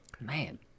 Man